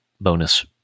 bonus